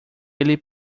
ele